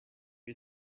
you